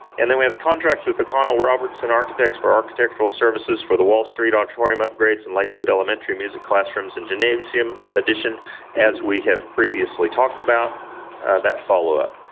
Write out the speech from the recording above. and then we have contracts with o'connell robertson architects for architectural services services for the wall street auditorium upgrades and lakewood elementary music classrooms and gymnasium addition as we have previously talked about that followup.